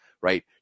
right